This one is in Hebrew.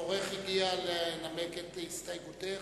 תורך הגיע לנמק את הסתייגותך.